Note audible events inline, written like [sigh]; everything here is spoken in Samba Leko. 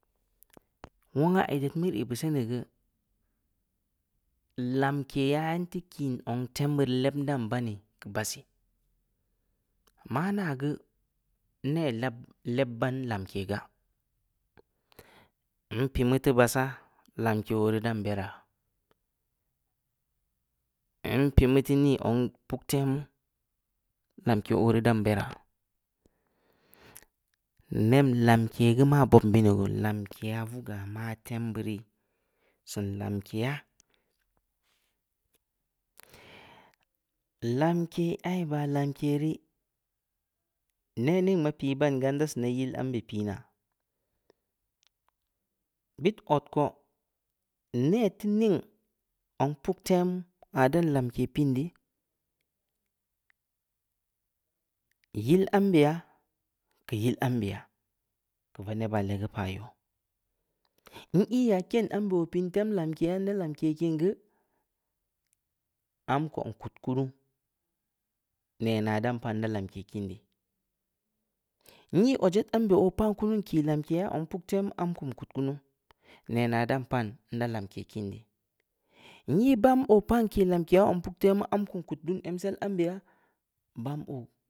Wong aah ii ded mu rii, ii beu seni geu, lamke ya ntii kiin zong puktem beurii leb ndan ban keu baahsii? Maa aa geu, neh leb-leb baan lamke gaa. npii meu teu baassah lamke oo rii dan berraa, [hesitation] npii teu nii zong puktemu, lamke oo rii dan beraa, nem lamke geu maa bobn binin gu? Lamkeya vugaa maa tem beu rii, seun lamkeya, lamke aah ii baa lamke rii, neh ning ma pii ban gaa, nda sineh yil ambe piinaa, bit odko, neh teu ning, zong puktemu, aah dan lamke piin dii, yil ambe yaa, keu yil ambe yaa, keu vaneba legeu paah youw, nyi yaa, ken ambe oo piin tem lamkeya, nda lamke kiin geu, amko nkud kunu, nenaa dan pan nda lamke kiin deu, nyi odjed ambe yaa oo pan kunu, nkii lamke zong puktemu, amko nkud kunu, nenaa dan pan nda lamke kiin dii, nyi bahm oo pan nkii lamkeya zong puktemu, amko nkud dun emsel am beya, bahm oo